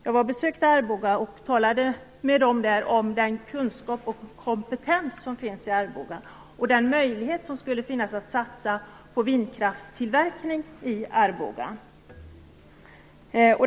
Jag besökte Arboga och talade med dem där om den kunskap och kompetens som finns i Arboga och möjligheten att satsa på vindkraftstillverkning i Arboga.